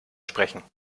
sprechen